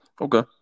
okay